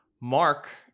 mark